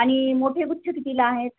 आणि मोठे गुच्छ कितीला आहेत